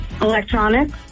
Electronics